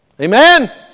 Amen